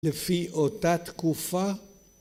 לפי אותה תקופה